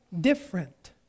different